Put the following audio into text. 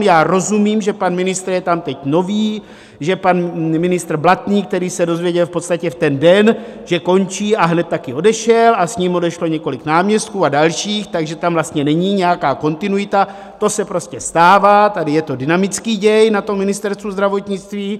Já rozumím, že pan ministr je tam teď nový, že pan ministr Blatný, který se dozvěděl v podstatě v ten den, že končí, a hned taky odešel a s ním odešlo několik náměstků a dalších, takže tam vlastně není nějaká kontinuita, to se prostě stává, tady je to dynamický děj na Ministerstvu zdravotnictví.